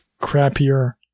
crappier